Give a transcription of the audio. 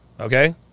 Okay